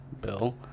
Bill